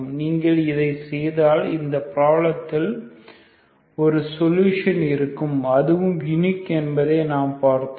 நீங்கள் இதை செய்தால் இந்த பிராப்லத்திற்கு ஒரு சொல்யூஷன் இருக்கும் அதுவும் யுனிக் என்பதை நாம் பார்த்தோம்